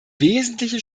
wesentliche